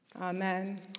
Amen